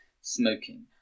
smoking